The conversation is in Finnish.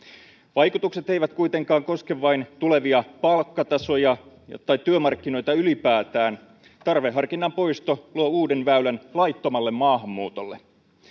vaikutukset eivät kuitenkaan koske vain tulevia palkkatasoja tai työmarkkinoita ylipäätään vaan tarveharkinnan poisto luo uuden väylän laittomalle maahanmuutolle